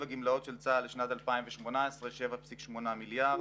הגמלאות של צה"ל שנת 2018 7.8 מיליארד ש"ח,